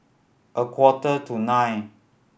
a quarter to nine